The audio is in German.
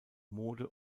mode